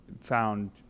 found